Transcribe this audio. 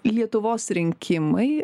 lietuvos rinkimai